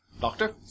Doctor